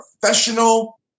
professional